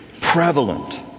prevalent